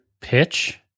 pitch